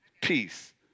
peace